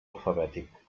alfabètic